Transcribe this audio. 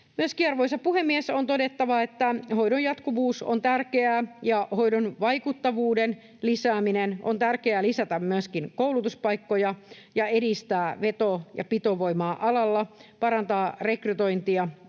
Arvoisa puhemies! On myöskin todettava, että hoidon jatkuvuus on tärkeää ja hoidon vaikuttavuuden lisääminen. On tärkeää lisätä myöskin koulutuspaikkoja ja edistää veto‑ ja pitovoimaa alalla, parantaa rekrytointia